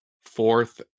fourth